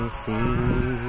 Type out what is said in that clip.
see